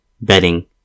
bedding